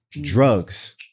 Drugs